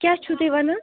کیاہ چھِو تُہۍ ونان